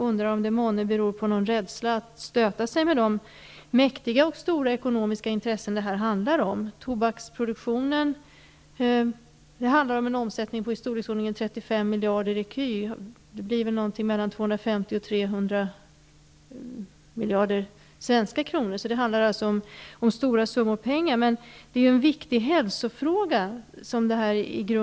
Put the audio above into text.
Beror det månne på någon rädsla att stöta sig med de mäktiga och stora ekonomiska intressen som det här är fråga om? Tobaksproduktionen har en omsättning på i storleksordningen 35 miljarder ecu. Det är ca 250-- 300 miljarder svenska kronor. Det handlar alltså om stor summor pengar. Men det är i grunden också en viktig hälsofråga.